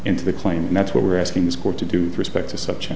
into the claim and that's what we're asking this court to do with respect to such a